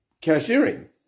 cashiering